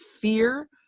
fear